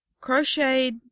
Crocheted